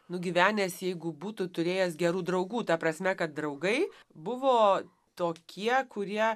nugyvenęs jeigu būtų turėjęs gerų draugų ta prasme kad draugai buvo tokie kurie